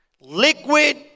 liquid